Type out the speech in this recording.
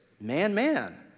man-man